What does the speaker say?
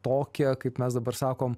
tokia kaip mes dabar sakom